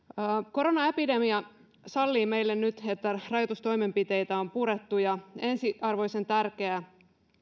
koronaepidemia sallii meille nyt että rajoitustoimenpiteitä on purettu ja ensiarvoisen tärkeää